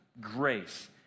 grace